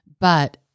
But-